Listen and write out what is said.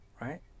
Right